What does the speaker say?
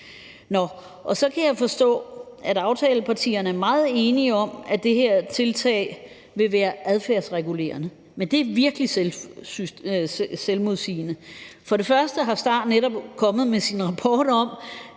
gøre. Så kan jeg forstå, at aftalepartierne er meget enige om, at det her tiltag vil være adfærdsregulerende, men det er virkelig selvmodsigende. For det første er STAR netop kommet med sin rapport om,